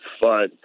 fun